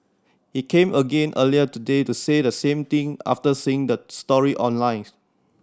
he came again earlier today to say the same thing after seeing the stories online